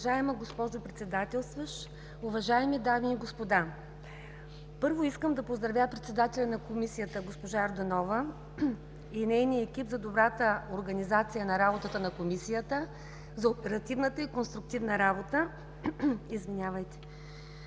Уважаема госпожо Председател, уважаеми дами и господа! Първо искам да поздравя председателя на Комисията, госпожа Йорданова и нейния екип за добрата организация на работата на Комисията, за оперативната и конструктивна работа. Искам